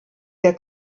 der